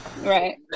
right